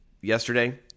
yesterday